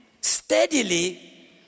steadily